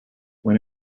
when